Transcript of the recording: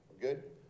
Good